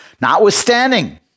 Notwithstanding